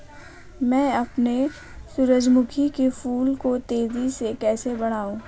मैं अपने सूरजमुखी के फूल को तेजी से कैसे बढाऊं?